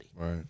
Right